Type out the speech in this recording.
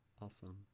Awesome